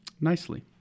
Nicely